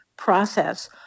process